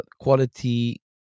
quality